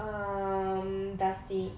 um dusty